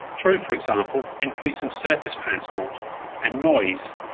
through for example increasing surface transport and noise,